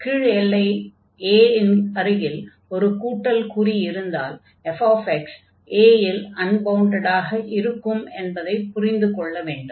கீழ் எல்லை a இன் அருகில் ஒரு கூட்டல் குறி இருந்தால் fx a இல் அன்பவுண்டடாக இருக்கும் என்பதைப் புரிந்து கொள்ள வேண்டும்